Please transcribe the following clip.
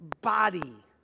body